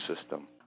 system